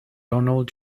donald